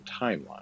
timeline